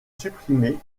supprimée